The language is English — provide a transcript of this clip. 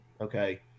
okay